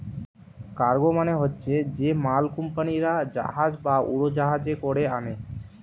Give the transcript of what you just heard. cargo মানে হচ্ছে যে মাল কুম্পানিরা জাহাজ বা উড়োজাহাজে কোরে আনে